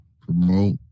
promote